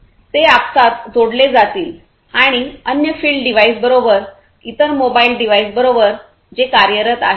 ते आपापसात जोडले जातील आणि अन्य फिल्ड डिवाइसबरोबर इतर मोबाइल डिवाइसबरोबर जे कार्यरत आहेत